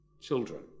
children